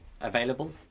available